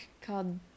called